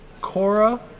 Cora